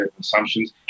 assumptions